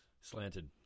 slanted